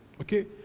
okay